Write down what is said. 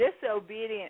disobedient